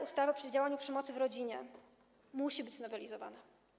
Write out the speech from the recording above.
Ustawa o przeciwdziałaniu przemocy w rodzinie musi być znowelizowana.